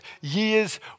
years